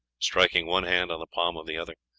striking one hand on the palm of the other.